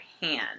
hand